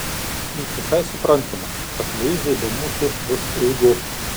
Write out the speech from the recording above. juk visai suprantama kad luizai be mūsų bus ilgu